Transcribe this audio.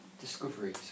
discovery